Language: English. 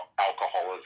alcoholism